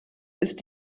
ist